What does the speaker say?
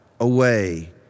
away